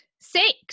six